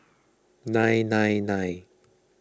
nine nine nine